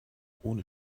ohne